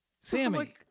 Sammy